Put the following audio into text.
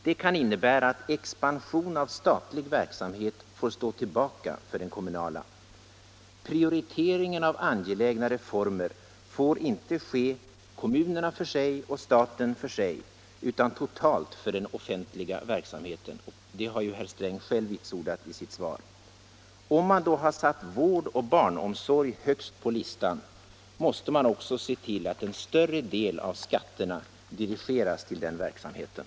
Det kan innebära att expansion av statlig verksamhet får stå tillbaka för den kommunala expansionen. Prioriteringen av angelägna reformer skall inte ske kommunerna för sig och staten för sig utan totalt för den offentliga verksamheten — det har ju herr Sträng själv vitsordat i sitt svar. Om man då har satt vård och barnomsorg högst på listan måste man också se till att en större del av skatterna dirigeras till den verksamheten.